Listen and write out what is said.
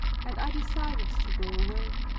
and i decided to go away.